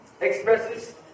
expresses